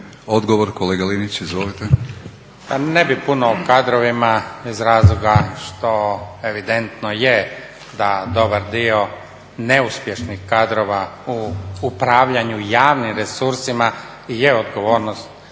Slavko (Nezavisni)** Ne bih puno o kadrovima iz razloga što evidentno je da dobar dio neuspješnih kadrova u upravljanju javnim resursima je odgovornost